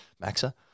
Maxa